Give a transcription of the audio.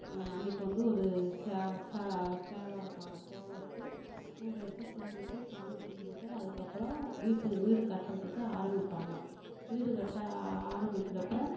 அன்னைக்கு வந்து ஒரு ச ச சேவை அறுப்பாங்க சேவை அறுத்து சூடம் ஏற்றி கும்பிட்டு சாமி கும்பிட்டு அதுக்கப்புறம் வீட்டு வீடு கட்டுறதுக்கு ஆரம்பிப்பாங்க வீடு கட்ட ஆரம்பிக்கிறப்போ